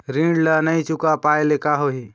ऋण ला नई चुका पाय ले का होही?